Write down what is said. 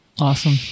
awesome